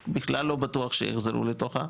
בכלל לא בטוח שיחזרו לתוכה,